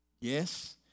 Yes